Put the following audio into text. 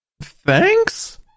thanks